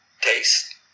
taste